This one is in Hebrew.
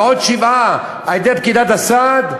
ועוד שבעה, על-ידי פקידת הסעד,